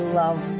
love